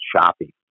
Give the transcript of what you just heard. shopping